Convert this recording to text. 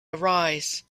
arise